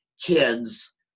kids